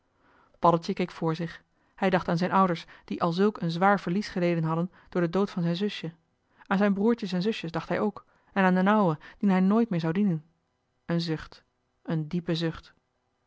paddeltje keek voor zich hij dacht aan zijn ouders die al zulk een zwaar verlies geleden hadden door den dood van zijn zusje aan zijn broertjes en zusjes dacht hij ook en aan d'n ouwe dien hij nooit meer dienen zou een zucht een diepe zucht